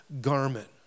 garment